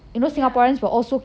ya